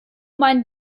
mein